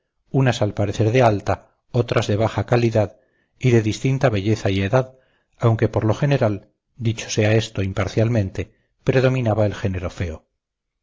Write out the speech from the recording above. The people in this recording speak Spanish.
unas al parecer de alta otras de baja calidad y de distinta belleza y edad aunque por lo general dicho sea esto imparcialmente predominaba el género feo